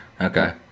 okay